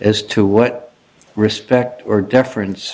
as to what respect or deference